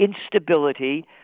instability